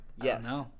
Yes